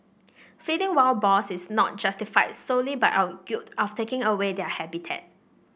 feeding wild boars is not justified solely by our guilt of taking away their habitat